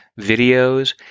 videos –